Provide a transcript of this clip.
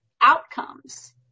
outcomes